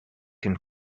can